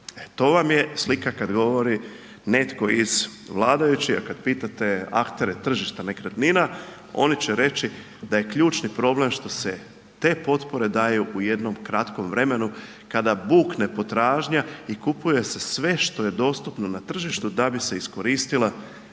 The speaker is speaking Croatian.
To vam je slika kad govori netko iz vladajućih, a kad pitate aktere tržišta nekretnina, oni će reći da je ključni problem što se te potpore daju u jednom kratkom vremenu kada bukne potražnja i kupuje se sve što je dostupno na tržištu da bi se iskoristila